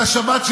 של השבת,